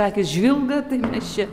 akys žvilga tai mes čia